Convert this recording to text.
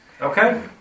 Okay